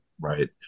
right